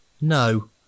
No